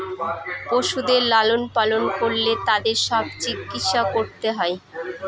পশুদের লালন পালন করলে তাদের সব চিকিৎসা করতে হয়